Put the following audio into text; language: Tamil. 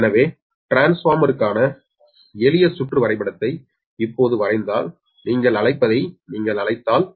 எனவே டிரான்ஸ்பார்மருக்கான எளிய சுற்று வரைபடத்தை இப்போது வரைந்தால் நீங்கள் அழைப்பதை நீங்கள் அழைத்தால்